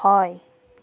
হয়